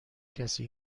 کسی